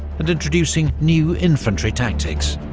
and introducing new infantry tactics.